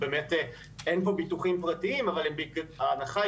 באמת אין פה ביטוחים פרטיים אבל ההנחה היא